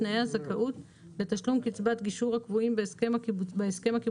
תנאי הזכאות לתשלום קצבת גישור הקבועים בהסכם הקיבוצי